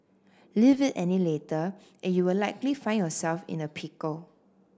leave it any later and you will likely find yourself in a pickle